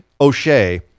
O'Shea